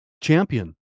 Champion